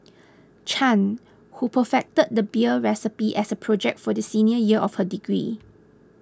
Chan who perfected the beer recipe as a project for the senior year of her degree